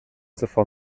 zuvor